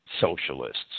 socialists